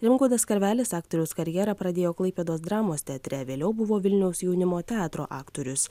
rimgaudas karvelis aktoriaus karjerą pradėjo klaipėdos dramos teatre vėliau buvo vilniaus jaunimo teatro aktorius